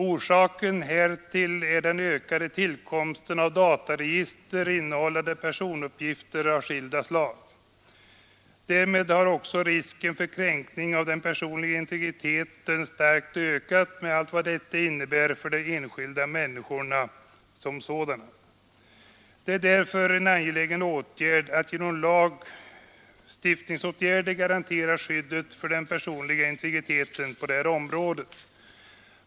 Orsaken härtill är den ökade tillkomsten av dataregister innehållande personuppgifter av skilda slag. Därmed har också risken för kränkning av den personliga integriteten starkt ökat med allt vad detta innebär av otrygghet för de enskilda människorna. Det är därför en angelägen åtgärd att genom lagstiftningsåtgärder garantera skyddet för den personliga integriteten på det här området.